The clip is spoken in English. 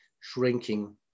shrinking